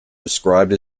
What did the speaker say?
described